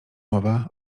mowa